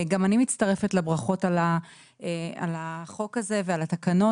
גם אני מצטרפת לברכות על החוק הזה ועל התקנות.